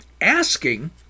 asking